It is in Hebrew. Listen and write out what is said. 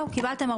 קיבלתם.